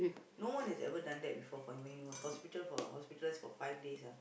no one has ever done that before for him when he was hospital for hospitalised for five days ah